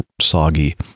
soggy